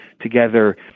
together